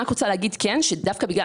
שוב,